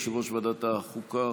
יושב-ראש ועדת החוקה,